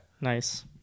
Nice